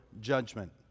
judgment